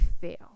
fail